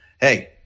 hey